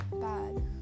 bad